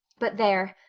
but there.